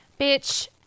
Bitch